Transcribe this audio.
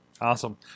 Awesome